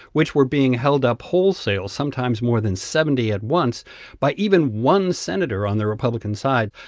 which were being held up wholesale sometimes more than seventy at once by even one senator on the republican side.